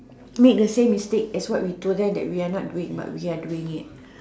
make the same mistake as what we told them that we are not doing but we are doing it